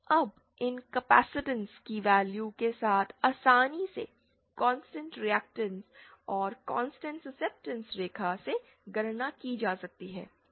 अब इन कपैसिटेंस की वैल्यू के साथ आसानी से इस कांस्टेंट रिएक्टेंस और कांस्टेंट सुस्सेप्टेंस रेखा से गणना की जा सकती है